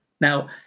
Now